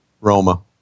Roma